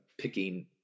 picking